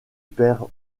perd